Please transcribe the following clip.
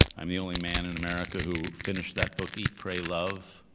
i'm the only man in america who finished that book eat pray love.